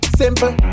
simple